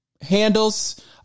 handles